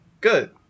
Good